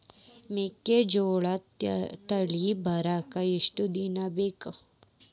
ಮೆಕ್ಕೆಜೋಳಾ ತೆನಿ ಬರಾಕ್ ಎಷ್ಟ ದಿನ ಬೇಕ್?